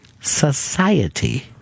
society